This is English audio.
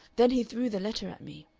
then he threw the letter at me.